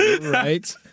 Right